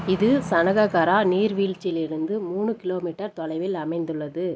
இது சனககரா நீர்வீழ்ச்சியிலிருந்து மூணு கிலோமீட்டர் தொலைவில் அமைந்துள்ளது